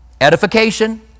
Edification